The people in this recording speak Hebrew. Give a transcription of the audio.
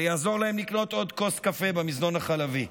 זה יעזור להם לקנות עוד כוס קפה במזנון החלבי,